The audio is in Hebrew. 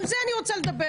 גם על זה אני רוצה לדבר.